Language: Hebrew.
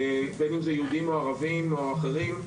בין אם הם יהודים או ערבים או אחרים,